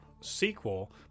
sequel